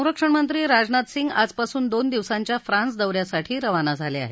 संरक्षण मंत्री राजनाथ सिंग आजपासून दोन दिवसांच्या फ्रान्स दौऱ्यासाठी रवाना झाले आहेत